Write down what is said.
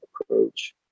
approach